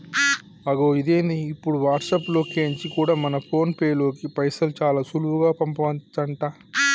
అగొ ఇదేంది ఇప్పుడు వాట్సాప్ లో కెంచి కూడా మన ఫోన్ పేలోకి పైసలు చాలా సులువుగా పంపచంట